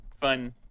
fun